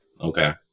Okay